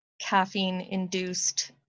caffeine-induced